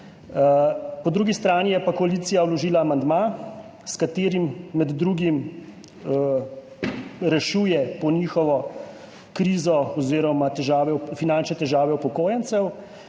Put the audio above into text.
Po drugi strani je pa koalicija vložila amandma, s katerim med drugim po njihovo rešuje krizo oziroma finančne težave upokojencev